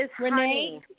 Renee